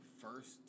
First